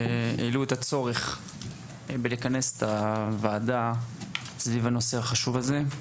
העלו את הצורך בלכנס את הוועדה סביב הנושא החשוב הזה,